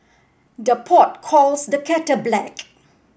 the pot calls the kettle black